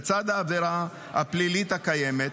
לצד העבירה הפלילית הקיימת,